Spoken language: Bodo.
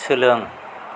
सोलों